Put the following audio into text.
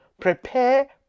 prepare